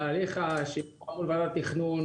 תהליך של ועדת התכנון,